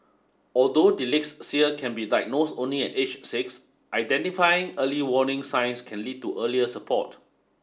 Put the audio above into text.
although dyslexia can be diagnosed only at age six identifying early warning signs can lead to earlier support